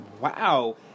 wow